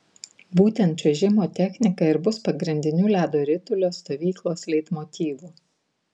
būtent čiuožimo technika ir bus pagrindiniu ledo ritulio stovyklos leitmotyvu